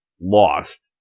lost